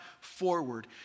forward